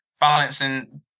balancing